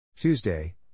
Tuesday